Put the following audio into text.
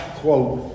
quote